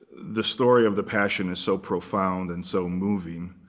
the story of the passion is so profound and so moving,